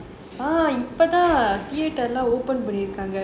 இப்ப தான்:ippa thaan theatre open பண்ணி இருக்காங்க:panni irukaanga